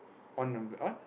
on number what